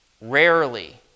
rarely